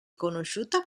conosciuta